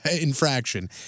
infraction